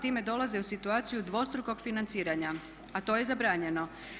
Time dolaze u situaciju dvostrukog financiranja, a to je zabranjeno.